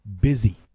busy